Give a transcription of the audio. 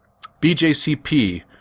BJCP